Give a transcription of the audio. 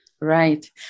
Right